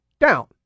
down